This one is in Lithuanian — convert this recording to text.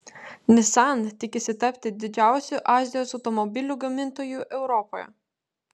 nissan tikisi tapti didžiausiu azijos automobilių gamintoju europoje